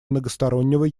многостороннего